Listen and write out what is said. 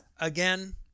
again